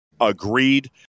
agreed